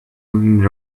and